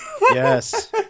Yes